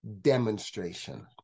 demonstration